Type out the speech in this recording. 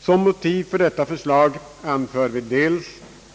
Såsom motiv för detta förslag anför vi dels